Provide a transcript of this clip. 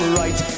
right